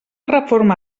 reforma